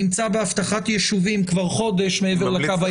נמצא באבטחת יישובים כבר חודש מעבר לקו הירוק.